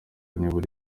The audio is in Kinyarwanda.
nibura